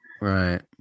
Right